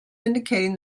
indicating